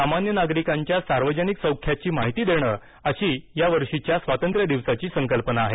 सामान्य नागरिकांच्या सार्वजनिक सौख्याची माहिती देणं अशी या वर्षीच्या आजच्या दिवसाची संकल्पना आहे